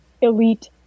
elite